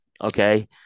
Okay